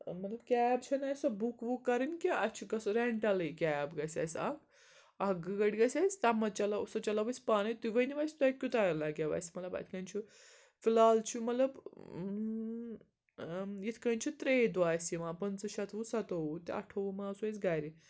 مطلب کیب چھَنہٕ اَسہِ سۄ بُک وُک کَرٕنۍ کیٚنہہ اَسہِ چھِ گژھُن رٮ۪نٹَلٕے کیب گژھِ اَسہِ اَکھ اَکھ گٲڑۍ گژھِ اَسہِ تَتھ منٛز چلاو سُہ چلاوو أسۍ پانَے تُہۍ ؤنِو اَسہِ تۄہہِ کوٗتاہ لَگیو اَسہِ مطلب یِتھ کٔنۍ چھُ فِلحال چھُ مطلب یِتھ کٔنۍ چھُ ترٛے دۄہ اَسہِ یِوان پٕنٛژٕ شَتوُہ سَتووُہ تہٕ اَٹھووُہ ما آسو أسۍ گَرِ